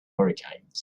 hurricanes